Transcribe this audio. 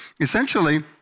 Essentially